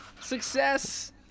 success